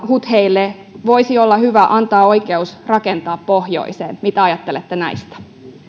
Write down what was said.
voisi olla hyvä antaa hutheille oikeus rakentaa pohjoiseen mitä ajattelette näistä